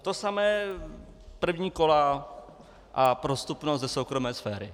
To samé první kola a prostupnost ze soukromé sféry.